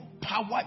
power